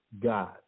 God